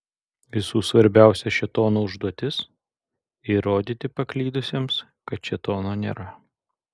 visų svarbiausia šėtono užduotis įrodyti paklydusiems kad šėtono nėra